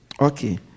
Okay